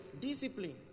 discipline